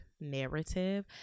narrative